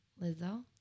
Lizzo